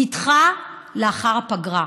נדחה לאחר הפגרה.